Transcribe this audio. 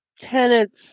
tenants